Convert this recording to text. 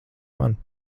man